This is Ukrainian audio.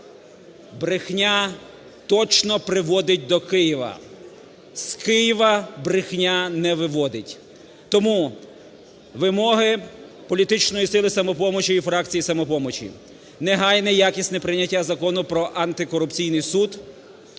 Брехня точно приводить до Києва. З Києва брехня не виводить. Тому вимоги політичної сили "Самопомочі" і фракції "Самопомочі" - негайне якісне прийняття Закону про антикорупційний суд.